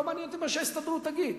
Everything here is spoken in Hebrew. ולא מעניין אותי מה ההסתדרות תגיד.